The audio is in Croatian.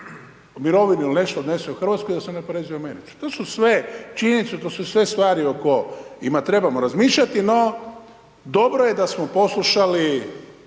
mirovinu ili nešto odnese u Hrvatsku i da se ne oporezuje u Americi. To su sve činjenice, to su sve stvari o kojima trebamo razmišljati no dobro je da smo poslušali